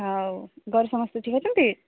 ହଉ ଘରେ ସମସ୍ତେ ଠିକ ଅଛନ୍ତି